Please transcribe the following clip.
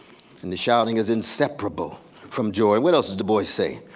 and the shouting is inseparable from joy. what else does the boy say?